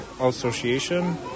association